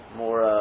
more